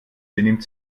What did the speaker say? benimmt